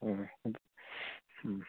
ꯎꯝ ꯎꯝ